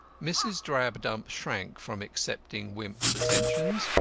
mrs. drabdump shrank from accepting wimp's attentions,